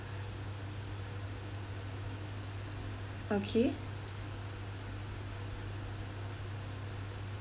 okay